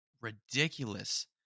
Ridiculous